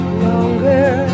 longer